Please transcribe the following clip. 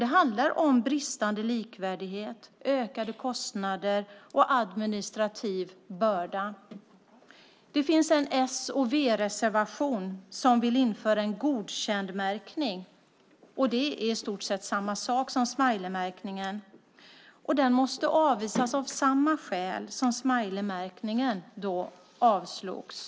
Det handlar om bristande likvärdighet, ökade kostnader och en administrativ börda. Det finns en reservation från s och v där man vill införa en godkändmärkning. Det är i stort sett samma sak som smileymärkningen. Den måste avvisas av samma skäl som smileymärkningen avslogs.